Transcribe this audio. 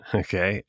okay